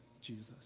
Jesus